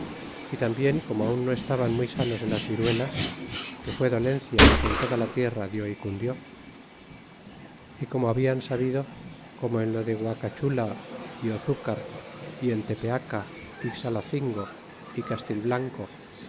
y tambien como aun no estaban muy sanos de las viruelas que fue dolencia que en toda la tierra di y cundió y corno hablan sabido como en lo de guacachula é ozucar y en tepeaca y xalacingo y casi